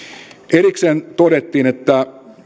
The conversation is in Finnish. erikseen todettiin että